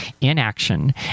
inaction